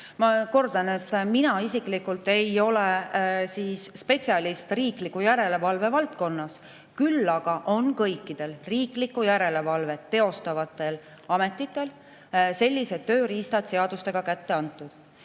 Ma kordan, et mina isiklikult ei ole spetsialist riikliku järelevalve valdkonnas. Aga kõikides riiklikku järelevalvet teostavates ametites on sellised tööriistad seadustega kätte antud.